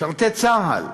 משרתי צה"ל,